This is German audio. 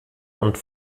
und